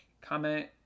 comment